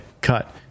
cut